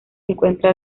encuentra